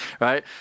right